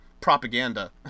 propaganda